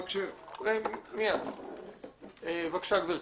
בבקשה גברתי.